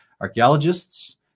archaeologists